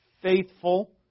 faithful